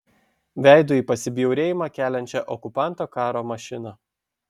veidu į pasibjaurėjimą keliančią okupanto karo mašiną